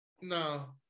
No